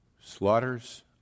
Slaughters